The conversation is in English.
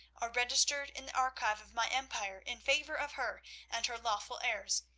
are registered in the archives of my empire in favour of her and her lawful heirs,